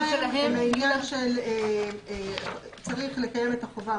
לעניין שצריך לקיים את החובה,